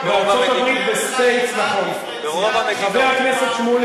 ברוב המדינות.